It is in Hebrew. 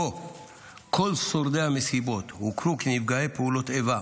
שבו כל שורדי המסיבות הוכרו כנפגעי פעולות איבה,